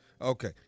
Okay